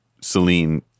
Celine